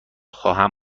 خواهم